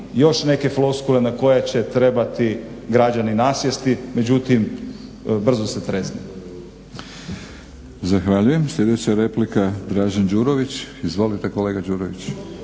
još neke floskule na koje će trebati građani nasjesti. Međutim, brzo se trijezne.